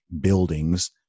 buildings